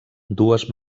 dues